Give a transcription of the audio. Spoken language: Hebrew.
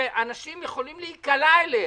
שאנשים יכולים להיקלע אליה.